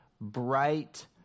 bright